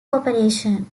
corporation